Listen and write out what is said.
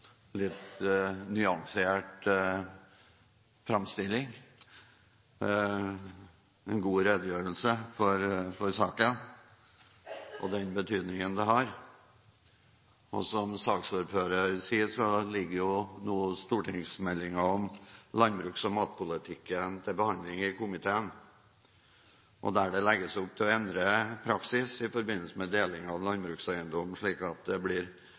litt nyansert framstilling, en god redegjørelse for saken og den betydningen dette har. Som saksordføreren sier, ligger nå stortingsmeldingen om landbruks- og matpolitikken til behandling i komiteen, der det legges opp til å endre praksis i forbindelse med deling av landbrukseiendommer, slik at det blir